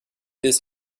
des